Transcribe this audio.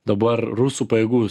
dabar rusų pajėgų